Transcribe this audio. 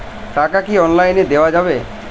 টাকা কি অনলাইনে দেওয়া যাবে?